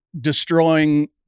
destroying